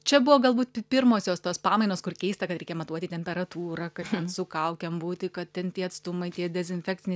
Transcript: čia buvo galbū pirmosios tos pamainos kur keista kad reikia matuoti temperatūrą kad ten su kaukėm būti kad ten tie atstumai tie dezinfekciniai